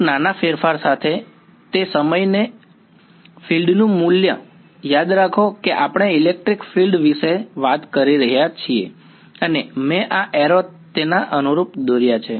એક નાના ફેરફાર સાથે તે સમયે ફીલ્ડનું મૂલ્ય યાદ રાખો કે આપણે ઇલેક્ટ્રિક ફિલ્ડ વિશે વાત કરી રહ્યા છીએ અને મેં આ એરૉ તેના અનુરૂપ દોર્યા છે